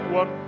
one